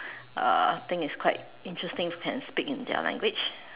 uh I think it's quite interesting if you can speak in their language